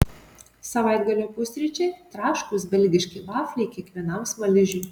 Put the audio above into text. savaitgalio pusryčiai traškūs belgiški vafliai kiekvienam smaližiui